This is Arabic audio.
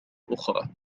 أخرى